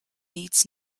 needs